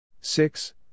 six